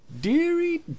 Deary